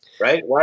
right